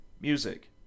music